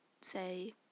say